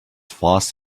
fast